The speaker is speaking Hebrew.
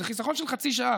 זה חיסכון של חצי שעה,